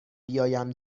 بیایم